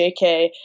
JK